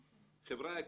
חבר'ה,